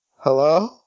Hello